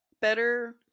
better